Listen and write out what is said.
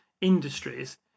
industries